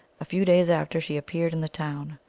a few days after she appeared in the town.